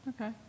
Okay